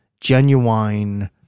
genuine